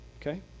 okay